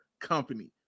Company